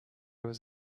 was